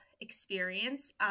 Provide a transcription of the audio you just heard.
experience